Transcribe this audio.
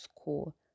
school